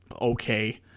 okay